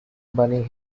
bani